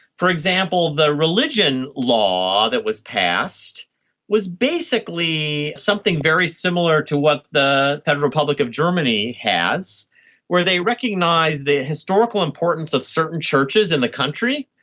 for example, the religion law that was passed was basically something very similar to what the federal republic of germany has where they recognise the historical importance of certain churches in the country,